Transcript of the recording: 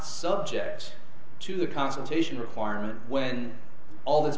subject to the consultation requirement when all this